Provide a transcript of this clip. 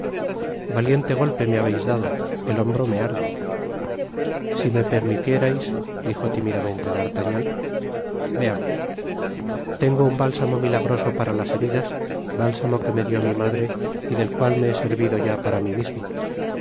valiente golpe me habeis dado el hombro me arde si me permitierais dijo tímidamente d'artagnan veamos content from google book search generated at tengo un bálsamo milagroso para las heridas bálsamo que me dió mi madre y del cual me he servido ya para mi mismo